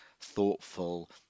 thoughtful